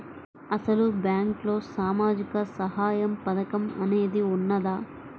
అసలు బ్యాంక్లో సామాజిక సహాయం పథకం అనేది వున్నదా?